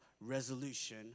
resolution